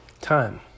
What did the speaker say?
time